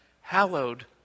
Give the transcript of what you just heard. hallowed